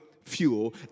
Fuel